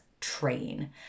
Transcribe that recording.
train